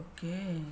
Okay